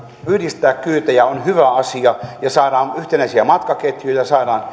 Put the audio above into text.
yhdistää kyytejä on hyvä asia ja saadaan yhtenäisiä matkaketjuja